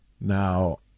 Now